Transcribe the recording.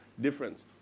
difference